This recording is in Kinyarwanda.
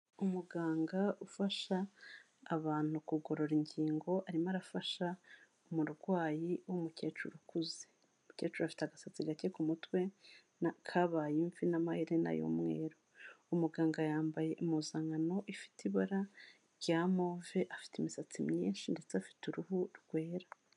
Umuganga ufasha abantu kugorora ingingo, arimo arafasha umurwayi w'umukecuru ukuze. Umukecuru afite agasatsi gake ku mutwe kabaye imvi n'amaherena y'umweru, umuganga yambaye impuzankano ifite ibara rya move, afite imisatsi myinshi ndetse afite uruhu rwera.